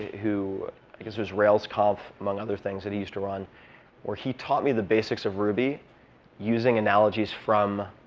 who i guess it was railsconf, among other things, that he used to run where he taught me the basics of ruby using analogies from